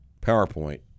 PowerPoint